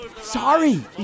Sorry